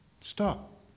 Stop